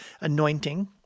anointing